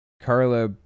Carla